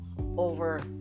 over